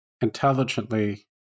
intelligently